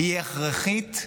היא הכרחית,